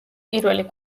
პირველი